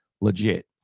legit